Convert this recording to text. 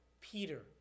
Peter